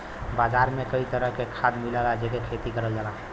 बाजार में कई तरह के खाद मिलला जेसे खेती करल जाला